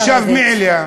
תושב מעיליא,